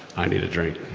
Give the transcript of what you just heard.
i need a drink.